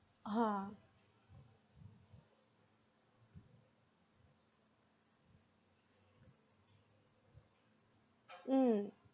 (uh huh) mm